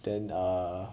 then err